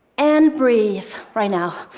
and breathe, right now